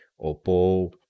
Oppo